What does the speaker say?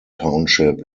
township